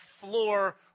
floor